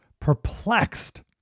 perplexed